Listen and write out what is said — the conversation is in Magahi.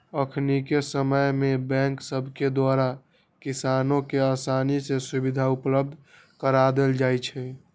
अखनिके समय में बैंक सभके द्वारा किसानों के असानी से सुभीधा उपलब्ध करा देल जाइ छइ